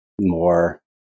more